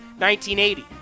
1980